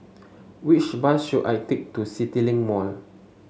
which bus should I take to CityLink Mall